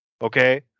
Okay